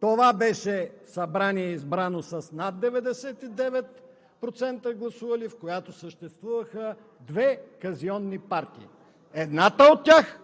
Това беше Събрание, избрано с над 99% гласували, в което съществуваха две казионни партии – едната от тях,